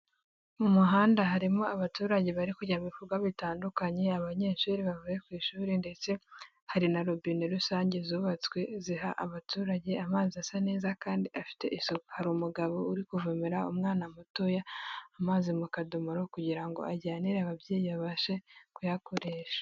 Mu muhanda harimo abaturage bari kujya mu bikorwa bitandukanye, abanyeshuri bavuye ku ishuri ndetse hari na rubine rusange zubatswe ziha abaturage amazi asa neza kandi afite isuku, hari umugabo uri kuvomera umwana mutoya amazi mu kadomoro kugira ngo ajyanire ababyeyi abashe kuyakoresha.